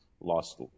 lost